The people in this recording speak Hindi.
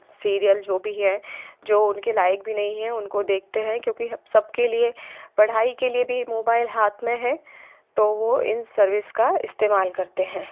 सीरियल जो भी है जो उनके लायक भी नहीं है उनको देखते हैं क्योंकि सबके लिए पढ़ाई के लिए भी मोबाइल हाथ में है तो वह इन सर्विस का इस्तेमाल करते हैं